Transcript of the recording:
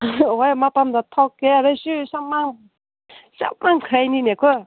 ꯍꯣꯏ ꯃꯄꯥꯟꯗ ꯊꯣꯛꯀꯦ ꯍꯥꯏꯔꯁꯨ ꯁꯥꯃꯟꯈ꯭ꯔꯦꯅꯤꯅꯦꯀꯣ